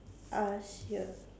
ask you a